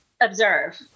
observe